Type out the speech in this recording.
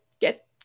get